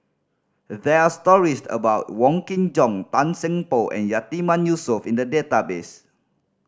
there are stories about Wong Kin Jong Tan Seng Poh and Yatiman Yusof in the database